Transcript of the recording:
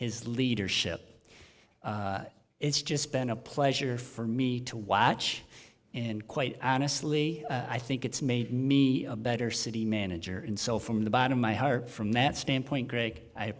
his leadership it's just been a pleasure for me to watch and quite honestly i think it's made me a better city manager and so from the bottom my heart from that standpoint gr